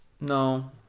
No